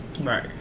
right